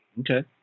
okay